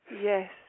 Yes